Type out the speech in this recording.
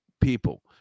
people